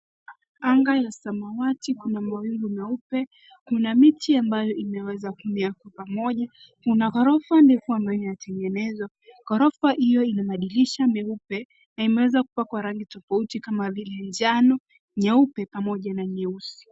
Anga la samawati na mawingu meupe. Kuna miti ambayo imeweza kumea kwa pamoja. Kuna ghorofa ndefu ambayo inatengenezwa . Ghorofa hiyo ina madirisha nyeupe na imeweza kupakwa rangi tofauti kama vile njano, nyeupe pamoja na nyeusi.